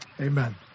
Amen